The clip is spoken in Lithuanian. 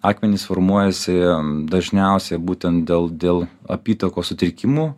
akmenys formuojasi dažniausiai būtent dėl dėl apytakos sutrikimų